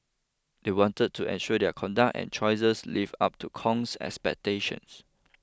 they wanted to ensure their conduct and choices lived up to Kong's expectations